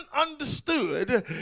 understood